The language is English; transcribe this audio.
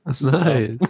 Nice